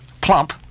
plump